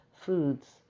foods